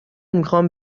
میخام